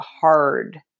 hard